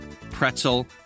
pretzel